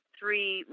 three